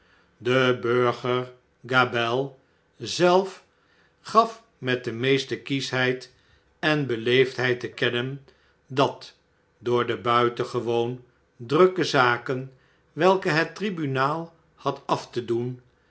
de burger gabelle zelf gaf met de meeste kieschheid en beleefdheid te kennen dat door de buitengewoon drukke zaken welke het tribunaal had af te doen